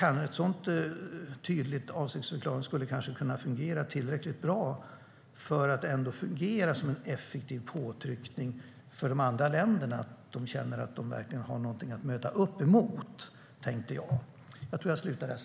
En sådan tydlig avsiktsförklaring skulle kanske kunna fungera tillräckligt bra för att ändå fungera som en effektiv påtryckning för de andra länderna, så att de verkligen känner att de har någonting att möta upp emot.